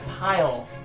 pile